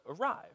arrive